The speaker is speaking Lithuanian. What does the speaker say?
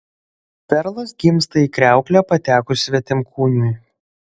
perlas gimsta į kriauklę patekus svetimkūniui